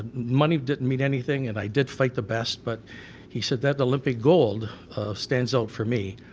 money didn't mean anything, and i did fight the best but he said that olympic gold stands out for me.